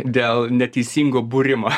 dėl neteisingo būrimo